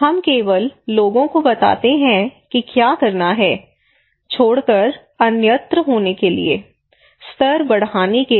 हम केवल लोगों को बताते हैं कि क्या करना है छोड़कर अन्यत्र होने के लिए स्तर बढ़ाने के लिए